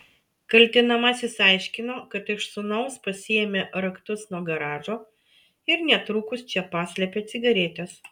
kaltinamasis aiškino kad iš sūnaus pasiėmė raktus nuo garažo ir netrukus čia paslėpė cigaretes